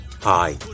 Hi